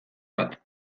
bat